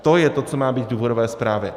To je to, co má být v důvodové zprávě.